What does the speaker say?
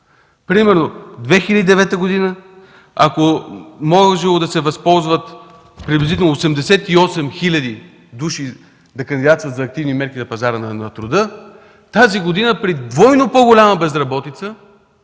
Примерно през 2009 г., ако е можело да се възползват приблизително 88 хил. души и да кандидатстват за активни мерки на пазара на труда, тази година при двойно по-голяма безработица,